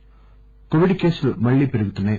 Covid కేసులు మళ్లీ పెరుగుతున్నాయి